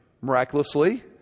miraculously